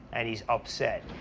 and he's upset,